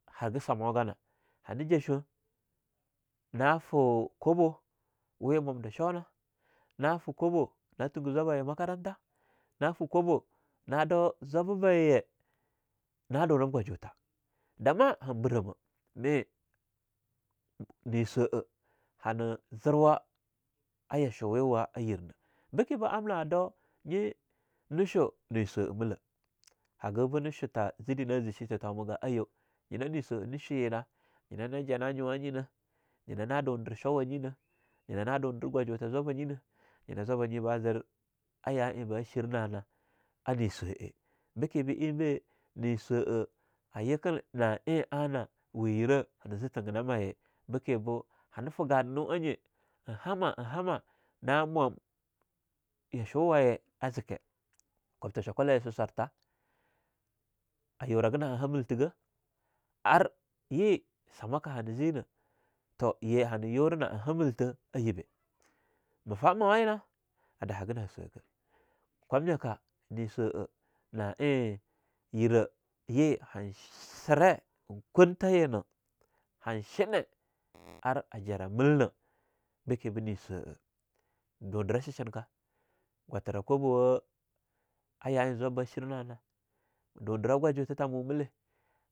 Hagah samoganah, hana jah show, na foo kwabo wee mumdah shownah, na fee kwabo na tuggah zwabbaye makaranta, nah foo kwabo nah dau zwabbaye na dunib gwajutah, damah han biramah me nee swa'a hana zirwa a yashuyawa a yernah. Bekeba amna a dou nyi na shoo ne swa'a mele, hagah be ne shutah zide na zi shi titomiga, aiyo nyina ne swa'a nah shuye nah, nyinah na ja na nyuwa nyina, nyina na dumdir showanyina nyina na dundir gwajutha zwabba nyi na nyina zwabba nyi ba zir a ya eing ba shirnana a nee swa'e. Bekebo eing bah nee swa'a a yekin na eing a nah weyirah eing zee tiginah maye, beke boo hana fee gananu a nye, eing hamah - hamah, na mom yashuwaye a zikeh, kubtah chwakula laye suswartha, a yuraga na'a hamilthaga, ar ye samaka hanah zeenah toh ye hana yura na'a hamilth a yibe. Mah fah mawa yinah a dahagana a swagah, kwamyaka ne swa'a na ein yera ye han ssere, kuntha yinah, han shine ar a jarrah milnah bike bo nee swa'a, dindirah shishinka gwathra kwabawa a ya eing zwabbah shirna na dundira gwajutha tamo mile.